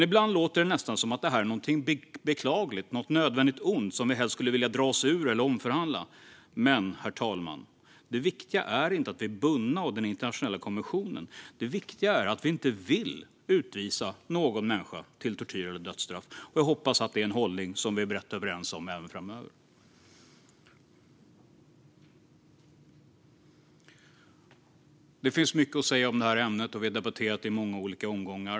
Ibland låter det nästan som att detta är något beklagligt, något nödvändigt ont som vi helst skulle vilja dra oss ur eller omförhandla. Men, herr talman, det viktiga är inte att vi är bundna av den internationella konventionen. Det viktiga är att vi inte vill utvisa någon människa till tortyr eller dödsstraff. Jag hoppas att det är en hållning som vi är brett överens om även framöver. Det finns mycket att säga om det här ämnet, och vi har debatterat det i många olika omgångar.